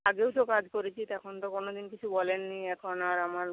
আগেও তো কাজ করেছি তখন তো কোনো দিন কিছু বলেননি এখন আর আমার